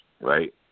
right